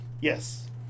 Yes